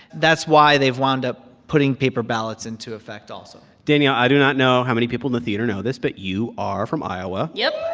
that's why they've wound up putting paper ballots into effect also danielle, i do not know how many people in the theater know this, but you are from iowa yep